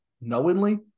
knowingly